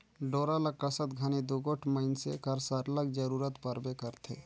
डोरा ल कसत घनी दूगोट मइनसे कर सरलग जरूरत परबे करथे